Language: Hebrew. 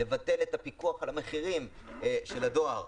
לבטל את הפיקוח על המחירים של הדואר.